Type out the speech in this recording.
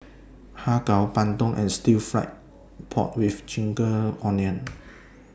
Har Kow Bandung and Stir Fried Pork with Ginger Onions